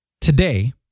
today